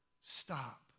Stop